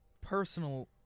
...personal